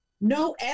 No